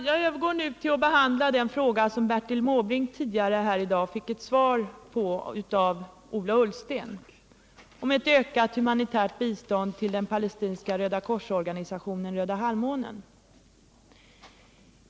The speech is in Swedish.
Jag övergår nu till att behandla den fråga som Bertil Måbrink tidigare här i dag fick ett svar på av Ola Ullsten, om ett ökat humanitärt bistånd till den palestinska rödakorsorganisationen Röda halvmånen.